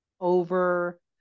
over